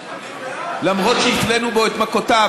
למרות שהפלאנו בו את מכותינו,